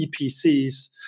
EPCs